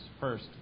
first